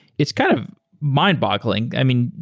it's kind of mind-boggling. i mean,